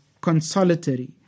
consolatory